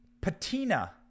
patina